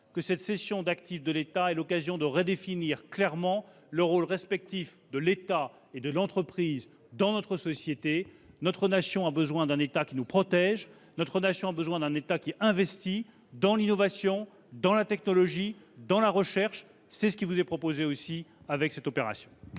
que cette cession d'actifs de l'État est l'occasion de redéfinir clairement les rôles respectifs de l'État et de l'entreprise dans notre société. Notre nation a besoin d'un État qui nous protège, qui investisse dans l'innovation, dans la technologie, dans la recherche. C'est également ce qui vous est proposé ici. dans cette opération.